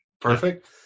Perfect